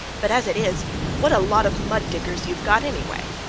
but as it is what a lot of mud diggers you've got anyway!